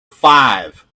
five